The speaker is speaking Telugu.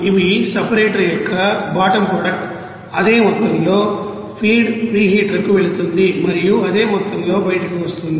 ఇవి సపరేటర్ యొక్క బాటమ్ ప్రొడక్ట్ అదే మొత్తంలో ఫీడ్ ప్రీహీటర్ కు వెళుతుంది మరియు అదే మొత్తంలో బయటకు వస్తుంది